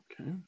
Okay